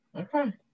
okay